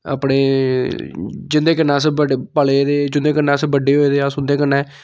अपने जि'दें कन्नै अस पले दे जि'दें कन्नै अस बड्डे होए अस उं'दे कन्नै